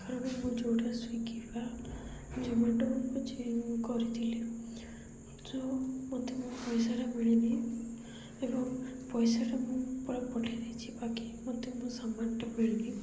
କାରଣ ମୁଁ ଯେଉଁଟା ସ୍ଵିଗି ବା ଜୋମାଟୋ କରିଥିଲି ତ ମୋତେ ମୋ ପଇସାଟା ମିଳିନି ଏବଂ ପଇସାଟା ମୁଁ ପୁରା ପଠାଇ ଦେଇଛି ବାକି ମୋତେ ମୋ ସାମାନଟା ମିଳିନି